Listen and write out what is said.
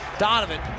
Donovan